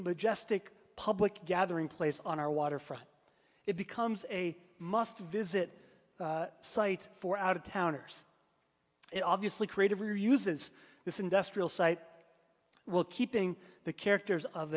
majestic public gathering place on our waterfront it becomes a must visit sites for out of towners it obviously creative or uses this industrial site well keeping the characters of